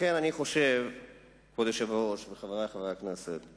לכן, כבוד היושב-ראש וחברי חברי הכנסת,